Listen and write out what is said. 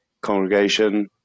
congregation